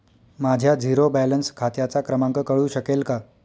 माझ्या zero balance खात्याचा क्रमांक कळू शकेल का?